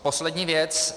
Poslední věc.